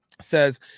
says